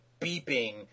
beeping